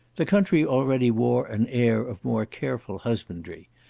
the country already wore an air of more careful husbandry,